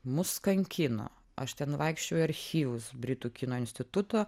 mus kankino aš ten vaikščiojau į archyvus britų kino instituto